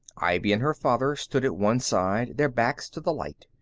ivy and her father stood at one side, their backs to the light.